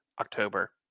October